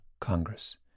Congress